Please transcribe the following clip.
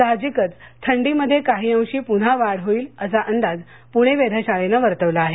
साहजिकच थंडी मध्ये काही अंशी पुन्हा वाढ होईल असा अंदाज पुणे वेधशाळेने वर्तविला आहे